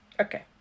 Okay